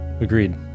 Agreed